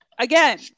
Again